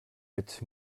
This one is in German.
mit